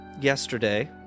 Yesterday